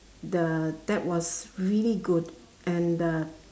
the that was really good and the